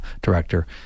director